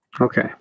Okay